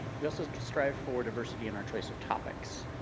we also strive for diversity in our choice of topics.